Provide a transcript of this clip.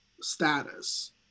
status